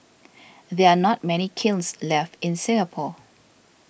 there are not many kilns left in Singapore